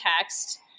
text